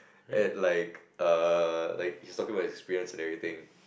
at like err like he's talking about his experience and everything